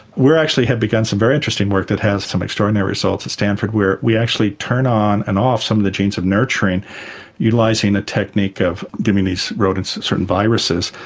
actually have begun some very interesting work that has some extraordinary results at stanford where we actually turn on and off some of the genes of nurturing utilising the technique of giving these rodents certain viruses,